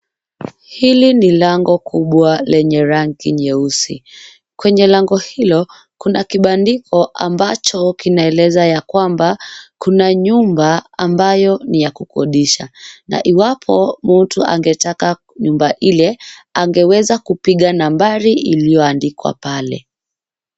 Hili ni lango kubwa lenye rangi nyeusi. Kwenye lango hilo kuna kibandiko ambacho kinaeleza ya kwamba kuna nyumba ambayo ni ya kukodisha na iwapo mtu angetaka nyumba ile angeweza kupiga nambari iliyoandikwa pale.